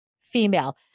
female